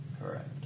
Correct